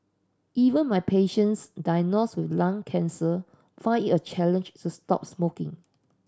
even my patients diagnosed with lung cancer find it a challenge to stop smoking